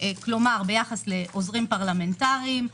כלומר ביחס לעוזרים פרלמנטריים,